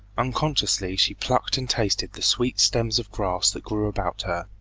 unconsciously she plucked and tasted the sweet stems of grass that grew about her.